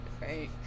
right